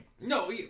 No